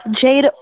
Jade